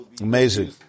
Amazing